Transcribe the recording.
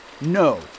No